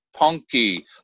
Punky